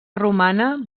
romana